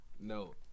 No